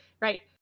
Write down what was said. right